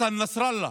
מחסן נסראללה.